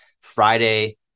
Friday